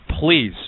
please